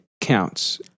counts